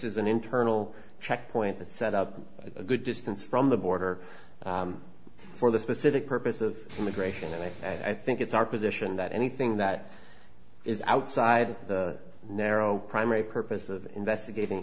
is an internal checkpoint that set up a good distance from the border for the specific purpose of immigration and i think it's our position that anything that is outside the narrow primary purpose of investigating